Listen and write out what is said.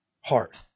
heart